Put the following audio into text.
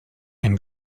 and